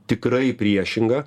tikrai priešinga